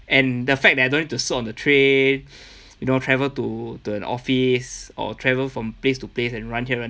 and the fact that I don't need to sit on the train you know travel to the office or travel from place to place and run here run